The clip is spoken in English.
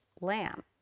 lamb